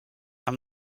amb